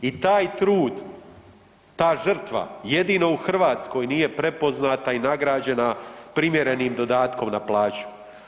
I taj trud, ta žrtva jedino u Hrvatskoj nije prepoznata i nagrađena primjerenim dodatkom na plaću.